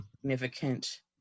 significant